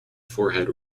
forehead